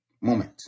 moment